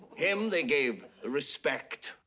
him they gave respect,